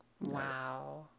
wow